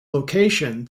location